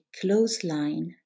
clothesline